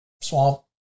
swamp